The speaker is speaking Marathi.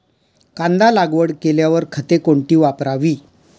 कांदा लागवड केल्यावर खते कोणती वापरावी?